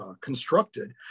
constructed